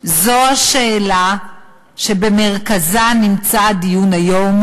זו השאלה שבמרכזה נמצא הדיון היום.